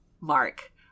Mark